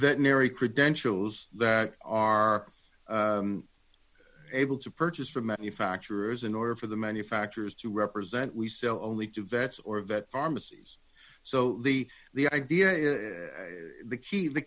veterinary credentials that are able to purchase from many factories in order for the manufacturers to represent we sell only to vets or vet pharmacies so the the idea is the key the